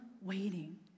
waiting